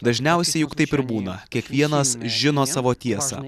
dažniausiai juk taip ir būna kiekvienas žino savo tiesą